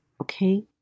Okay